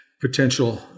potential